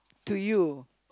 to you